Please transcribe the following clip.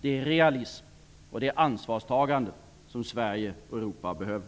Det är realism och ansvarstagande som Sverige och Europa behöver.